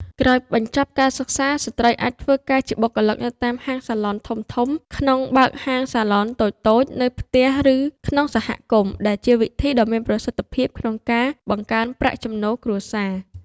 ក្រោយបញ្ចប់ការសិក្សា ស្ត្រីអាចធ្វើការជាបុគ្គលិកនៅតាមហាងសាឡនធំៗ ក្នុងបើកហាងសាឡនតូចៗនៅផ្ទះ ឬក្នុងសហគមន៍ ដែលជាវិធីដ៏មានប្រសិទ្ធភាពក្នុងការបង្កើនប្រាក់ចំណូលគ្រួសារ។